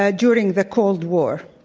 ah during the cold war.